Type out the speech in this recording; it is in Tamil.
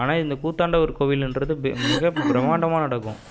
ஆனால் இந்த கூத்தாண்டவர் கோவிலுன்றது பெ மிக பிரமாண்டமாக நடக்கும்